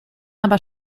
aber